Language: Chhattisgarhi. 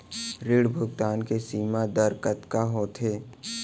ऋण भुगतान के सीमा दर कतका होथे?